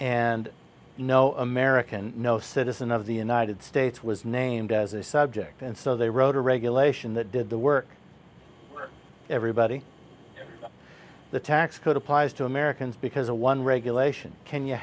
and no american no citizen of the united states was named as a subject and so they wrote a regulation that did the work for everybody the tax code applies to americans because of one regulation kenya